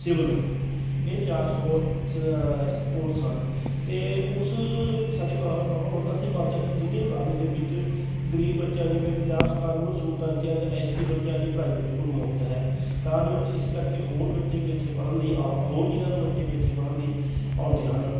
civil ਇਹ ਚਾਰ ਸੋ ਕੋਰਸ ਹਨ ਅਤੇ ਉਸ ਸਾਡੇ ਕਾਲ ਬਾਬਾ ਬੰਦਾ ਸਿੰਘ ਬਹਾਦਰ ਇੰਜੀਨੀਅਰ ਕਾਲਜ ਦੇ ਵਿੱਚ ਗਰੀਬ ਬੱਚਿਆਂ ਜਿਵੇਂ ਪੰਜਾਬ ਸਰਕਾਰ ਵਲੋਂ ਸਹੂਲਤਾਂ ਦਿੱਤੀਆਂ ਜਾਂਦੀਆਂ ਐੱਸ ਸੀ ਬੱਚਿਆਂ ਦੀ ਪੜ੍ਹਾਈ ਬਿਲਕੁਲ ਮੁਫ਼ਤ ਹੈ ਤਾਂ ਜੋ ਇਸ ਕਰਕੇ ਹੋਰ ਬੱਚੇ ਵੀ ਇੱਥੇ ਪੜ੍ਹਨ ਲਈ ਆਉਣ ਹੋਰ ਜਿਨ੍ਹਾਂ ਤੋਂ ਬੱਚੇ ਵੀ ਇੱਥੇ ਪੜ੍ਹਨ ਲਈ ਆਉਂਦੇ ਹਨ